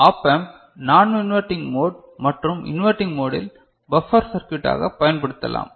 op amp நான் inverting mode மற்றும் inverting மோடில் பப்பர் சர்க்யூட் ஆகப் பயன்படுத்தலாம்